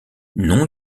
nom